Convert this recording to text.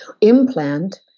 implant